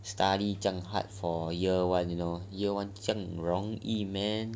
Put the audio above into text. study 这样 hard for year one you know year one 比较容易 man